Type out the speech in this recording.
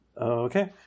Okay